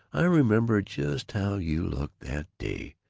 i remember just how you looked that day,